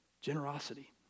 Generosity